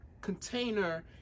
container